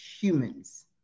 humans